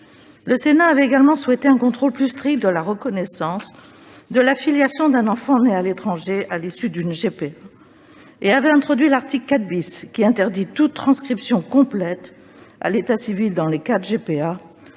Le Sénat avait également souhaité un contrôle plus strict de la reconnaissance de la filiation d'un enfant né à l'étranger à l'issue d'une GPA. Il avait introduit l'article 4 , qui interdit toute transcription complète à l'état civil dans les cas de GPA.